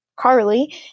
Carly